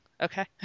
Okay